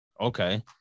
Okay